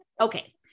Okay